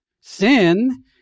Sin